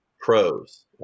pros